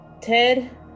Ted